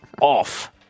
off